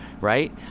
right